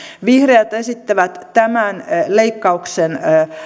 vihreät esittävät tämän leikkauksen